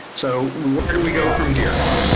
so how do we go from here.